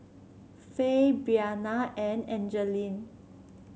Fay Breana and Angeline